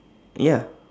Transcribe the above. ya